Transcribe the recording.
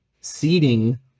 seeding